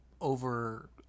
over